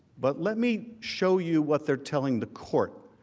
but let me show you what they're telling the court.